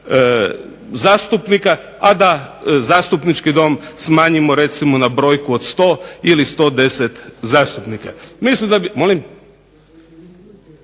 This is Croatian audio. zastupnika, a da zastupnički dom smanjimo recimo na brojku od 100 ili 110 zastupnika. Molim? Nisam čuo.